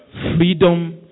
Freedom